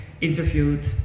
interviewed